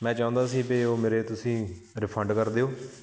ਮੈਂ ਚਾਹੁੰਦਾ ਸੀ ਵੀ ਉਹ ਮੇਰੇ ਤੁਸੀਂ ਰਿਫੰਡ ਕਰ ਦਿਉ